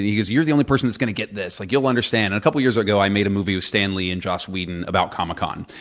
he goes, you're the only person that's going to get this. like you'll understand. and a couple of years ago, i made a movie with stan lee and joss whedon about comicon.